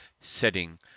setting